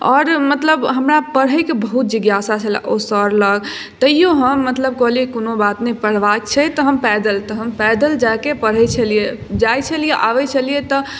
आओर मतलब हमरा पढ़ैके बहुत जिज्ञासा छले ओ सर लग तैयो हम मतलब कहलियै कोनो बात नहि पढ़बाक छै तऽ हम पैदल तऽ हम पैदल जाके पढ़ैत छलियै जाइत छलियै आबैत छलियै तऽ